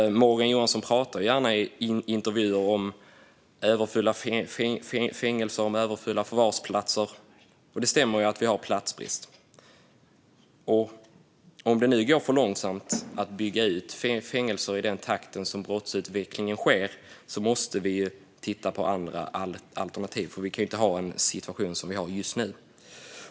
Morgan Johansson pratar gärna i intervjuer om överfulla fängelser och förvarsplatser, och det stämmer att vi har platsbrist. Men om det nu går för långsamt att bygga ut fängelser i den takt som brottsutvecklingen sker i måste vi titta på andra alternativ, för vi kan inte ha den situation som vi har just nu.